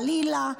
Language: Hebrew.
חלילה,